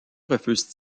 refuse